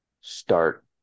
start